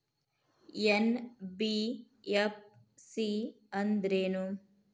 NBFC ಅಂದ್ರೇನು?